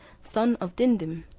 son of dimdim,